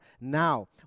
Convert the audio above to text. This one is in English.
now